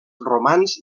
romans